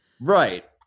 Right